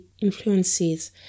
influences